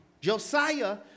Josiah